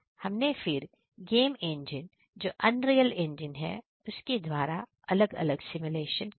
हमने फिर game engine जो अनरीयल इंजन है के द्वारा अलग अलग सिमुलेशन किए